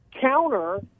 counter